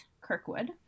Kirkwood